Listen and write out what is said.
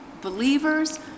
believers